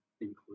include